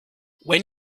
when